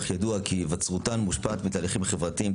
אך ידוע כי היווצרותן מושפעת מתהליכים חברתיים,